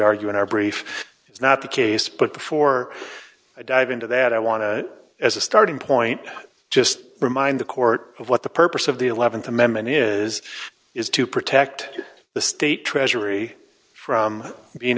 argue in our brief is not the case but before i dive into that i want to as a starting point just remind the court of what the purpose of the th amendment is is to protect the state treasury from being